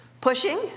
pushing